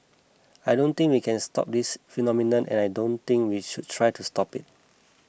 I don't think we can stop this phenomenon and I don't think we should try to stop it